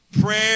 prayer